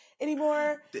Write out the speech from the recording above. anymore